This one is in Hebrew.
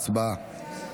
הצבעה.